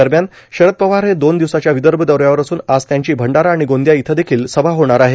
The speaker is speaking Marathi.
दरम्यान शरद पवार हे दोन दिवसांच्या विदर्भ दौऱ्यावर असून आज त्यांची भंडारा आणि गोंदिया इथं देखिल सभा होणार आहे